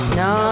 no